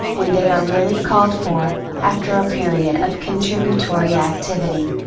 when they are really called for, after a period of contributory activity.